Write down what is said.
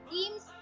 Teams